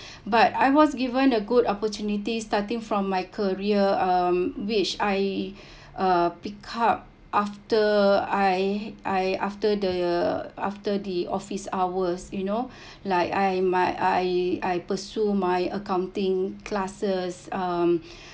but I was given a good opportunity starting from my career uh which I uh picked up after I I after the after the office hours you know like I might I I pursue my accounting classes um